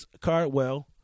cardwell